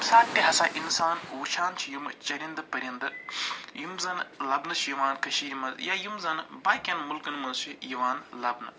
ییٚمہِ ساتہٕ تہِ ہَسا اِنسان وٕچھان چھِ یِمہٕ چٔرِنٛدٕ پٔرِنٛدٕ یِم زن لبنہٕ چھِ یِوان کٔشیٖرِ منٛز یا یِم زن باقین مُلکن منٛز چھِ یِوان لبنہٕ